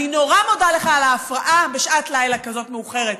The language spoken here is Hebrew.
אני נורא מודה לך על ההפרעה בשעת לילה כזאת מאוחרת.